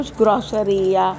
grocery